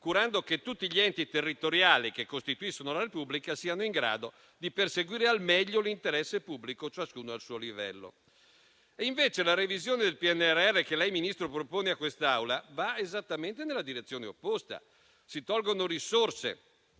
curando che tutti gli enti territoriali che costituiscono la Repubblica siano in grado di perseguire al meglio l'interesse pubblico, ciascuno al suo livello. Invece, la revisione del PNRR che lei, Ministro, propone a quest'Assemblea va esattamente nella direzione opposta: si tolgono risorse,